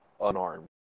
unarmed